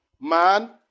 man